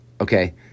Okay